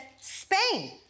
Spain